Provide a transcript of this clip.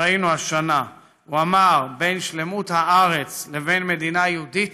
שראינו השנה: בין שלמות הארץ לבין מדינה יהודית